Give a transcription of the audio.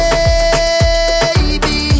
Baby